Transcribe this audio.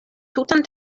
tutan